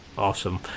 Awesome